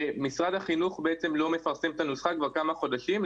שמשרד החינוך בעצם לא מפרסם את הנוסחה כבר כמה חודשים,